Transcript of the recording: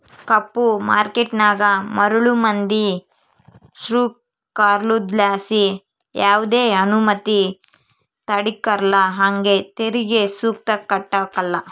ಕಪ್ಪು ಮಾರ್ಕೇಟನಾಗ ಮರುಳು ಮಂದಿ ಸೃಕಾರುದ್ಲಾಸಿ ಯಾವ್ದೆ ಅನುಮತಿ ತಾಂಡಿರಕಲ್ಲ ಹಂಗೆ ತೆರಿಗೆ ಸುತ ಕಟ್ಟಕಲ್ಲ